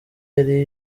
yari